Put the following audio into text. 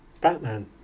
Batman